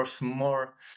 more